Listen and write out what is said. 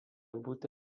būti